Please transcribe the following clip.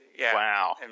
Wow